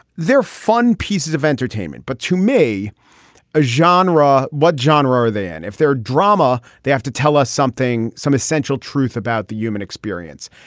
they're fun pieces of entertainment. but to me a genre what genre are then if they're drama they have to tell us something some essential truth about the human experience.